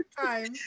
time